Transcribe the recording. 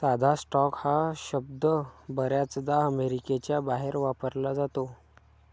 साधा स्टॉक हा शब्द बर्याचदा अमेरिकेच्या बाहेर वापरला जातो